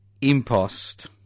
impost